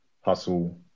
hustle